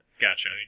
Gotcha